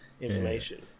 information